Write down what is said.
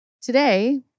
Today